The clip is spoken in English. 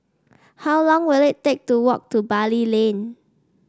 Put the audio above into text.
how long will it take to walk to Bali Lane